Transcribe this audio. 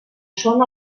són